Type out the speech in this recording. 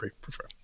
prefer